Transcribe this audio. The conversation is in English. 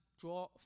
draw